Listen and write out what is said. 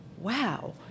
wow